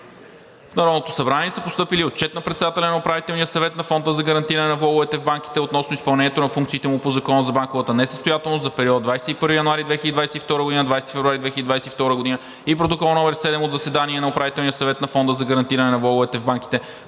В Народното събрание са постъпили Отчет на председателя на Управителния съвет на Фонда за гарантиране на влоговете в банките относно изпълнението на функциите му по Закона за банковата несъстоятелност за периода 21 януари 2022 г. – 20 февруари 2022 г. и Протокол № 7 от заседание на Управителния съвет на Фонда за гарантиране на